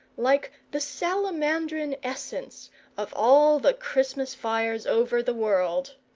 like the salamandrine essence of all the christmas fires over the world.